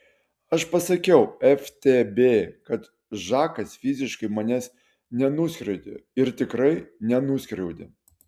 aš pasakiau ftb kad žakas fiziškai manęs nenuskriaudė ir tikrai nenuskriaudė